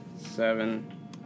seven